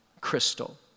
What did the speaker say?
crystal